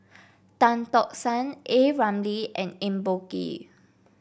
Tan Tock San A Ramli and Eng Boh Kee